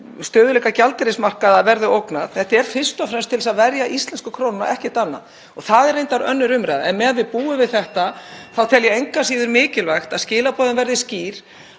stöðugleika gjaldeyrismarkaða verði ógnað. Þetta er fyrst og fremst til þess að verja íslensku krónuna og ekkert annað og það er reyndar önnur umræða. En meðan við búum við þetta tel ég engu að síður mikilvægt að skilaboðin verði skýr,